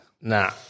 Nah